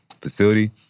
facility